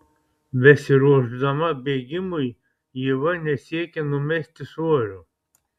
besiruošdama bėgimui ieva nesiekia numesti svorio